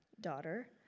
Daughter